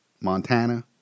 Montana